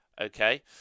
okay